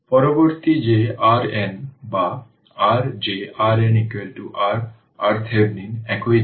পরবর্তী যে RN বা R যে RN r RThevenin একই জিনিস